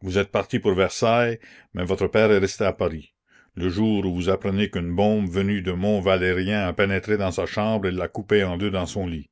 vous êtes parti pour versailles mais votre père est resté à paris le jour où vous apprenez qu'une bombe venue du mont valérien a pénétré dans sa chambre et l'a coupé en deux dans son lit